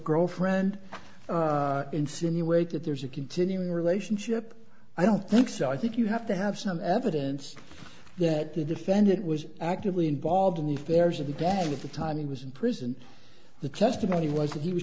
girlfriend insinuate that there's a continuing relationship i don't think so i think you have to have some evidence that the defendant was actively involved in the affairs of the dad at the time he was in prison the testimony was that he was